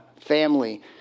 family